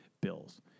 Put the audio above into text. Bills